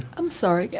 i'm sorry, yeah